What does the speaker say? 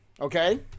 okay